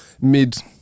mid